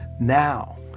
now